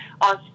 on